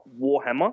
Warhammer